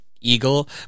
eagle